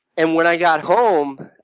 and when i got home,